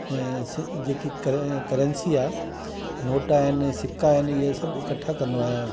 ऐं सि जेकी क करंसी आहे नोट आहिनि सिका आहिनि इहे सभु इकठा कंदो आहियां